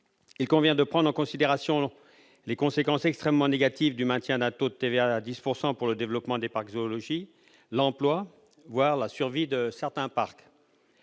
Il convient de prendre en considération les conséquences extrêmement négatives du maintien du taux de TVA à 10 % sur le développement des parcs zoologiques, l'emploi, voire la survie de certains parcs.